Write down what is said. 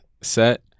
set